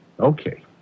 Okay